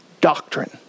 doctrine